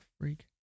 freak